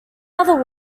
other